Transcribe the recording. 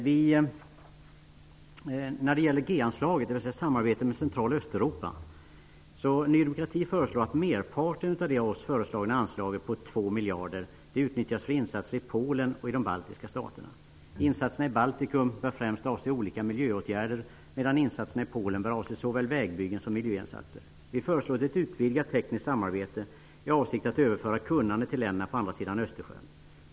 Vi i Ny demokrati anser att merparten av det av oss föreslagna G-anslaget på 2 miljarder skall utnyttjas för insatser i Polen och i de baltiska staterna. Insatserna i Baltikum bör främst avse olika miljöåtgärder, medan insatserna i Polen bör avse såväl vägbyggen som miljöinsatser. Vi föreslår ett utvidgat tekniskt samarbete i avsikt att överföra kunnande till länderna på andra sidan Östersjön.